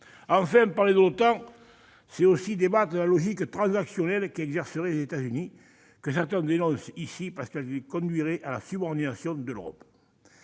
Parler de l'OTAN, c'est aussi débattre de la logique transactionnelle que pratiqueraient les États-Unis et que certains dénoncent ici parce qu'elle conduirait à la subordination de l'Europe.